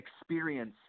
experience